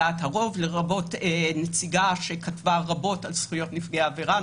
לרבות נציגה שכתבה רבות על זכויות נפגעי עברה.